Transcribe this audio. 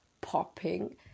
popping